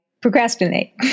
procrastinate